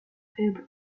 faible